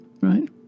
right